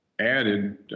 added